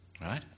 Right